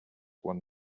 one